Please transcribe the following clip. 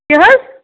کیٛاہ حظ